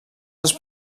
dels